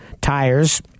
tires